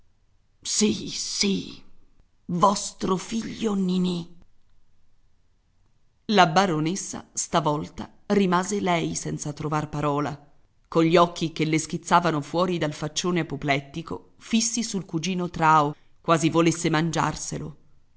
vostro figlio ninì la baronessa stavolta rimase lei senza trovar parola con gli occhi che le schizzavano fuori dal faccione apoplettico fissi sul cugino trao quasi volesse mangiarselo